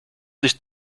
dich